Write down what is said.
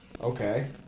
Okay